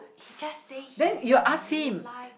he just say he like